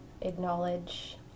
acknowledge